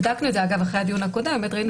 בדקנו את זה אחרי הדיון הקודם ובאמת ראינו